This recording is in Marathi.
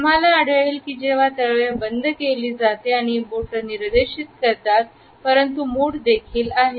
आम्हाला आढळेल की जेव्हा तळवे बंद केली जाते आणि बोटे निर्देशित करतात परंतु मुठ देखील आहे